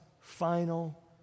final